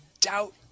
doubt